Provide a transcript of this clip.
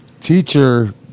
teacher